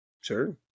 sure